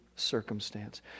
circumstance